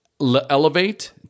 elevate